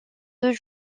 deux